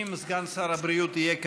אם סגן שר הבריאות יהיה כאן,